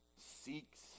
seeks